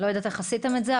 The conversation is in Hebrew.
לא יודעת איך עשיתם את זה,